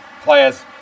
players